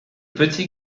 petit